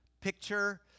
picture